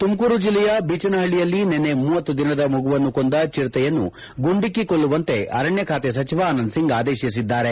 ತುಮಕೂರು ಜಿಲ್ಲೆಯ ಬೀಚನಹಳ್ಳಯಲ್ಲಿ ನಿನ್ನೆ ಮಗುವನ್ನು ಕೊಂದ ಚಿರತೆಯನ್ನು ಗುಂಡಿಕ್ಕಿ ಕೊಲ್ಲುವಂತೆ ಅರಣ್ಯ ಖಾತೆ ಸಚಿವ ಆನಂದ್ಸಿಂಗ್ ಆದೇಶಿಸಿದ್ದಾರೆ